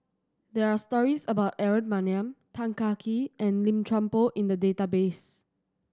there are stories about Aaron Maniam Tan Kah Kee and Lim Chuan Poh in the database